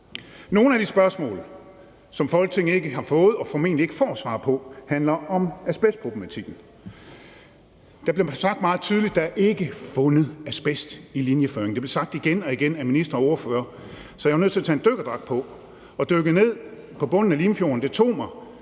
Nogle af de spørgsmål, som Folketinget ikke har fået svar på, og som man formentlig heller ikke får svar på, handler om asbestproblematikken. Det er blevet sagt meget tydeligt, at der ikke er fundet asbest i linjeføringen, det er blevet sagt igen og igen af ministeren og af ordførerne, så jeg var nødt til at tage en dykkerdragt på og dykke ned på bunden af Limfjorden,